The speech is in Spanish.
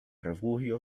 refugio